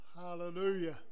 hallelujah